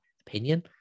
opinion